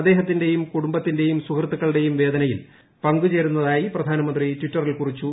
അദ്ദേഹത്തിന്റെ കുടുംബത്തിന്റെയും സുഹൃത്തുക്കളുടേയും വേദനയിൽ പങ്കുചേരുന്നതായി പ്രധാനമന്ത്രി ടിറ്ററിൽ കുറിച്ചു